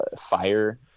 fire